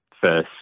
first